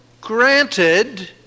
granted